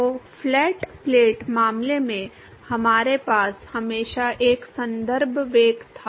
तो flat plate मामले में हमारे पास हमेशा एक संदर्भ वेग था